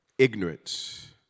ignorance